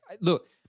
look